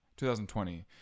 2020